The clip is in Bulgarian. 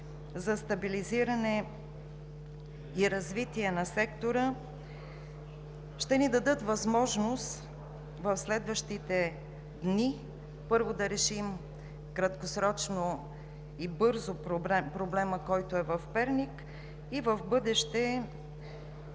за стабилизиране и развитие на сектора, ще ни дадат възможност в следващите дни, първо, да решим краткосрочно и бързо проблема, който е в Перник, и в бъдеще